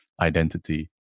identity